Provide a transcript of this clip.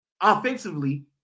offensively